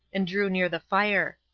and drew near the fire.